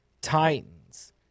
Titans